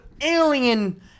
alien